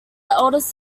eldest